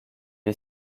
est